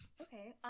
Okay